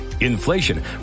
inflation